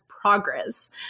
progress